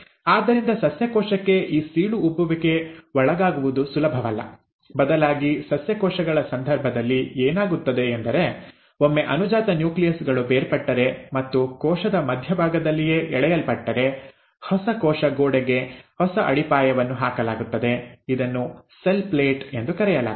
ಆದ್ದರಿಂದ ಸಸ್ಯ ಕೋಶಕ್ಕೆ ಈ ಸೀಳು ಉಬ್ಬುವಿಕೆಗೆ ಒಳಗಾಗುವುದು ಸುಲಭವಲ್ಲ ಬದಲಾಗಿ ಸಸ್ಯ ಕೋಶಗಳ ಸಂದರ್ಭದಲ್ಲಿ ಏನಾಗುತ್ತದೆ ಎಂದರೆ ಒಮ್ಮೆ ಅನುಜಾತ ನ್ಯೂಕ್ಲಿಯಸ್ ಗಳು ಬೇರ್ಪಟ್ಟರೆ ಮತ್ತು ಕೋಶದ ಮಧ್ಯಭಾಗದಲ್ಲಿಯೇ ಎಳೆಯಲ್ಪಟ್ಟರೆ ಹೊಸ ಕೋಶ ಗೋಡೆಗೆ ಹೊಸ ಅಡಿಪಾಯವನ್ನು ಹಾಕಲಾಗುತ್ತದೆ ಇದನ್ನು ಸೆಲ್ ಪ್ಲೇಟ್ ಎಂದು ಕರೆಯಲಾಗುತ್ತದೆ